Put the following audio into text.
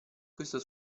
questo